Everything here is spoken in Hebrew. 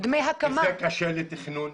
וזה קשה לתכנון,